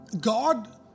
God